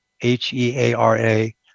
H-E-A-R-A